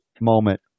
moment